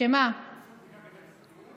עושים בדיקה גנטית בחו"ל.